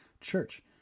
church